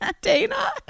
Dana